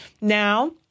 Now